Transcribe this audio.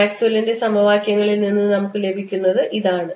മാക്സ്വെല്ലിന്റെ സമവാക്യങ്ങളിൽ നിന്ന് നമുക്ക് ലഭിക്കുന്നത് ഇതാണ്